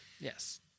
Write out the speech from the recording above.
Yes